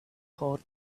hot